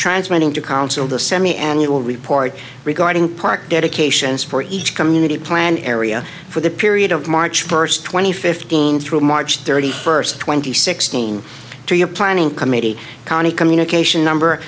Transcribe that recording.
transmitting to council the semi annual report regarding park dedications for each community plan area for the period of march first twenty fifteen through march thirty first twenty sixteen you're planning committee county communication number